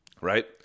Right